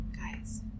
Guys